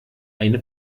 eine